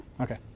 Okay